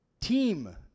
team